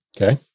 Okay